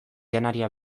janaria